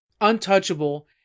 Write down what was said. untouchable